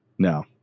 No